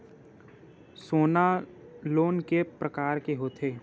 सोना लोन के प्रकार के होथे?